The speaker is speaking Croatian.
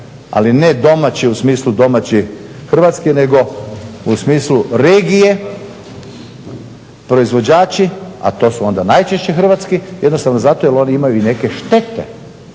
ali ne domaći u smislu domaći hrvatski nego u smislu regije proizvođači, a to su onda najčešće hrvatski jednostavno zato jer oni imaju i neke štete